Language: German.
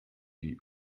die